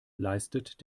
leistet